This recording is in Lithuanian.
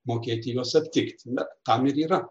mokėti juos aptikti bet tam ir yra